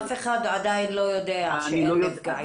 אף אחד עדיין לא יודע שאין נפגעים.